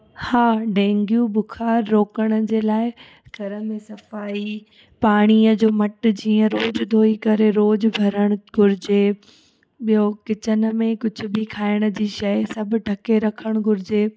हा डेंगियूं बुखार रोकण जे लाइ घर में सफ़ाई पाणीअ जो मटु जीअं रोज़ु धोई करे रोज़ु भरण घुरिजे ॿियों किचन में कुझु बि खाइण जी शइ सभु ढके रखण घुरिजे